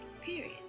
Period